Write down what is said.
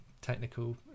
technical